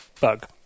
bug